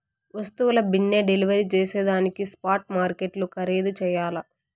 వస్తువుల బిన్నే డెలివరీ జేసేదానికి స్పాట్ మార్కెట్లు ఖరీధు చెయ్యల్ల